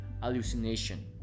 hallucination